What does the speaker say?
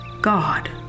God